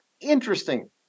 Interesting